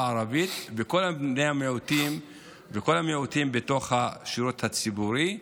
הערבית ולכל המיעוטים בתוך השירות הציבורי.